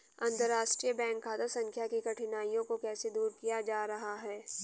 अंतर्राष्ट्रीय बैंक खाता संख्या की कठिनाइयों को कैसे दूर किया जा रहा है?